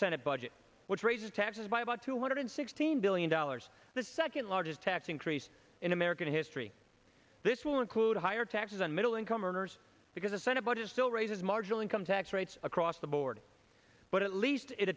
senate budget which raises taxes by about two hundred sixteen billion dollars the second largest tax increase in american history this will include higher taxes on middle income earners because a senate vote it still raises marginal income tax rates across the board but at least it